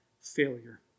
failure